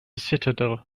citadel